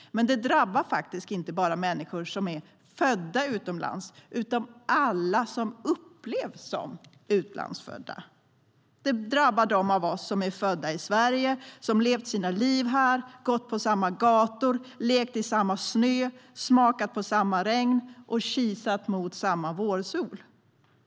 Men det drabbar faktiskt inte bara människor som är födda utomlands utan alla som upplevs som utlandsfödda. Det drabbar dem av oss som är födda i Sverige, som levt våra liv här, gått på samma gator, lekt i samma snö, smakat på samma regn och kisat mot samma vårsol.